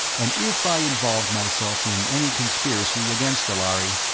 and if i involved myself in any conspiracy against the lhari,